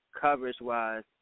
coverage-wise